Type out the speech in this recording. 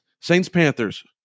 Saints-Panthers